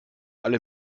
alle